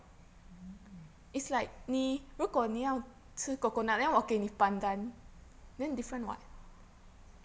mm